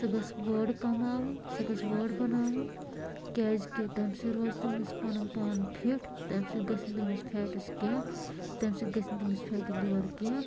سۄ گٔژھ وٲر کَماوٕنۍ سۄ گٔژھ وٲر بَناوٕنۍ کیٛازِکہِ تَمہِ سۭتۍ روزِ تٔمِس پَنُن پان فِٹ تَمہِ سۭتۍ گژھہِ نہٕ تٔمِس فیٹٕس کیٚنٛہہ تَمہِ سۭتۍ گژھہِ نہٕ تٔمِس فیٹی لِور کیٚنٛہہ